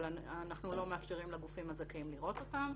אנחנו לא מאפשרים לגופים הזכאים לראות אותם,